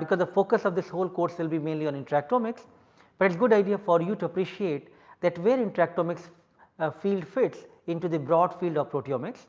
because the focus of this whole course will be mainly on interactomics but it is good idea for you to appreciate that where interactomics ah field fits into the broad field of proteomics